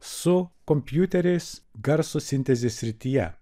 su kompiuteriais garso sintezės srityje